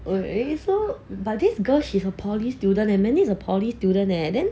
okay so but this girl she's a poly student leh and mandy a poly student leh then